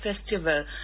Festival